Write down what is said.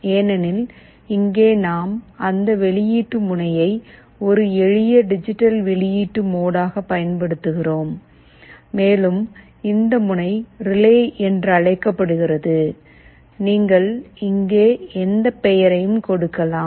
ஏனெனில் இங்கே நாம் அந்த வெளியீட்டு முனையை ஒரு எளிய டிஜிட்டல் வெளியீட்டு மோடாக பயன்படுத்துகிறோம் மேலும் இந்த முனை "ரிலே" என்று அழைக்கிறோம் நீங்கள் இங்கே எந்த பெயரையும் கொடுக்கலாம்